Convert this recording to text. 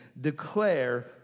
declare